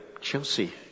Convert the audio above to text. Chelsea